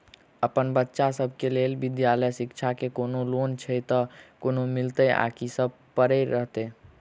अप्पन बच्चा सब केँ लैल विधालय शिक्षा केँ कोनों लोन छैय तऽ कोना मिलतय आ की सब करै पड़तय